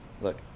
look